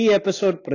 episode